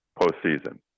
postseason